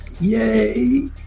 Yay